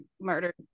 murdered